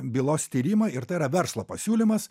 bylos tyrimą ir tai yra verslo pasiūlymas